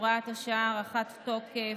הוראת שעה) (הארכת תוקף),